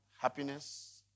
happiness